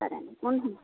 సరేనమ్మ ఉంటాను